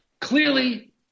clearly